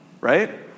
right